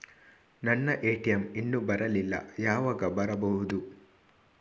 ನನ್ನ ಎ.ಟಿ.ಎಂ ಇನ್ನು ಬರಲಿಲ್ಲ, ಯಾವಾಗ ಬರಬಹುದು?